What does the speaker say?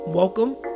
Welcome